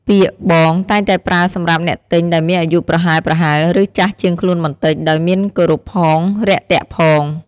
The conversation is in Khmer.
ពាក្យ “បង” តែងតែប្រើសម្រាប់អ្នកទិញដែលមានអាយុប្រហែលៗ ឬចាស់ជាងខ្លួនបន្តិច ដោយមានគោរពផង រាក់ទាក់ផង។